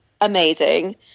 amazing